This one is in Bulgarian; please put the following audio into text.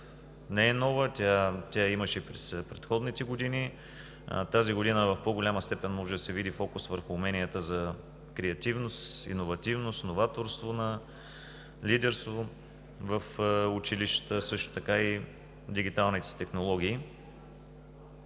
не е нова. Имаше я и в предходните години. Тази година в по-голяма степен може да се види фокус върху уменията за креативност, иновативност, новаторство, лидерство в училищата, също така и дигиталните технологии.